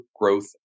growth